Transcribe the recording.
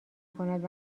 کند